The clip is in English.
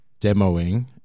demoing